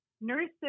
nurses